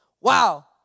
Wow